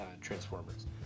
Transformers